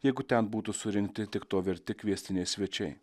jeigu ten būtų surinkti tik to verti kviestiniai svečiai